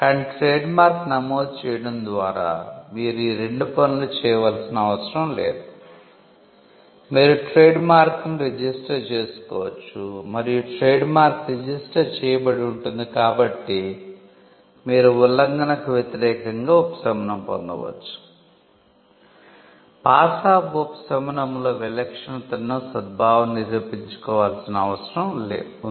కాని trademark నమోదు చేయడం ద్వారా మీరు ఈ రెండు పనులు చేయవలసిన అవసరం లేదు మీరు ట్రేడ్ మార్క్ ను రిజిస్టర్ చేసుకోవచ్చు మరియు ట్రేడ్ మార్క్ రిజిస్టర్ చేయబడి ఉంటుంది కాబట్టి మీరు ఉల్లంఘనకు వ్యతిరేకంగా ఉపశమనం పొందవచ్చు పాస్ ఆఫ్ ఉపశమనంలో విలక్షణతను సద్భావనను నిరూపించులోవాల్సిన అవసరం ఉంది